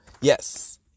yes